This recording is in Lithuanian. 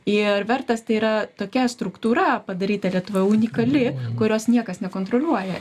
ir vertas tai yra tokia struktūra padaryta lietuvoj unikali kurios niekas nekontroliuoja